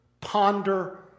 ponder